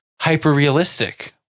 hyper-realistic